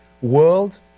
world